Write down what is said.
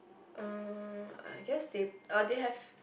uh I guess they uh they have